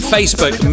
Facebook